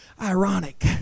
ironic